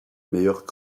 meilleurs